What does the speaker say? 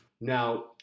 Now